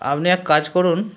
আপনি এক কাজ করুন